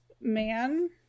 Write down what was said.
man